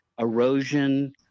erosion